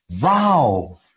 Wow